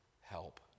help